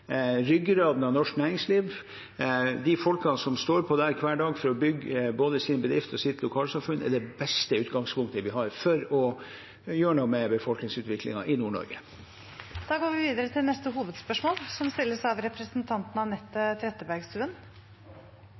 ryggraden i norsk næringsliv. De folkene som står på der hver dag for å bygge både sin bedrift og sitt lokalsamfunn, er det beste utgangspunktet vi har for å gjøre noe med befolkningsutviklingen i Nord-Norge. Vi går videre til neste hovedspørsmål.